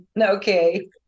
okay